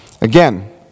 Again